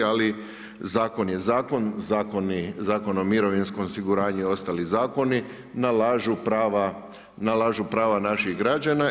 Ali zakon je zakon, Zakon o mirovinskom osiguranju i ostali zakoni nalažu prava, nalažu prava naših građana.